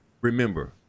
Remember